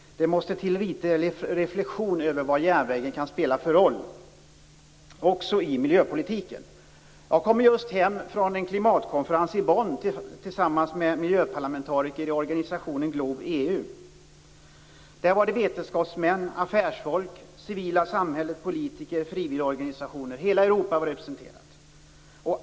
Det måste till litet reflexion över vad järnvägen kan spela för roll också i miljöpolitiken. Jag har just kommit hem från en klimatkonferens i Bonn tillsammans med miljöparlamentariker i organisationen Globe EU. Där var vetenskapsmän, affärsfolk, representanter för det civila samhället, politiker och frivilligorganisationer. Hela Europa var representerat.